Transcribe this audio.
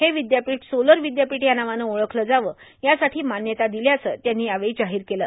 हे विद्यापीठ सोलर विद्यापीठ या नावानं ओळखलं जावं यासाठी मान्यता दिल्याचं त्यांनी यावेळी जाहीर केलं